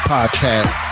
Podcast